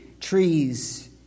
trees